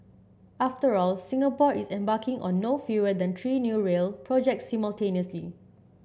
after all Singapore is embarking on no fewer than three new rail projects simultaneously